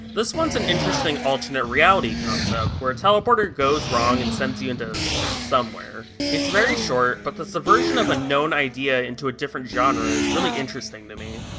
this one's an interesting alternate reality concept, where a teleporter goes wrong and sends you into. somewhere. it's very short, but the subversion of a known idea into a different genre is really interesting to me.